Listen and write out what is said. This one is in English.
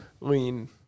lean